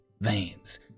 veins